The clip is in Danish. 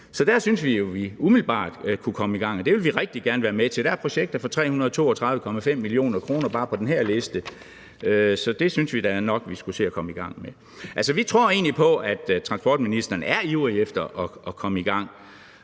så der synes vi vi umiddelbart kunne komme i gang, og det vil vi rigtig gerne være med til. Der er projekter for 332,5 mio. kr. bare på den her liste, så det synes vi da nok vi skulle se at komme i gang med. Vi tror egentlig på, at transportministeren er ivrig efter at komme i gang,